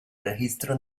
registro